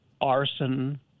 arson